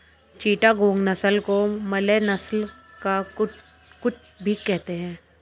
चिटागोंग नस्ल को मलय नस्ल का कुक्कुट भी कहते हैं